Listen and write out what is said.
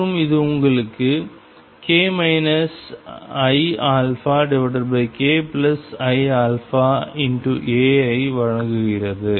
மற்றும் அது உங்களுக்கு k iαkiα A ஐ வழங்குகிறது